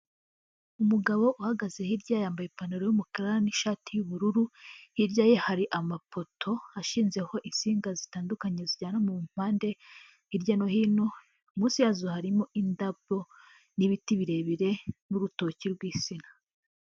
Umugabo uhagaze hirya yambaye ipantaro y'umukara nishati y'ubururu, hirya ye hari amapoto ashinzeho insinga zitandukanye zijyana umuriro mu mpande, hirya no hino, munsi yazo harimo indabyo n'ibiti birebire n'urutoki rw'insina.